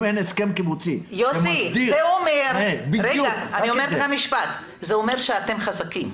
אם אין הסכם קיבוצי זה --- זה אומר שאתם חזקים.